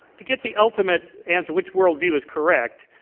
to get the ultimate answer, which worldview is correct,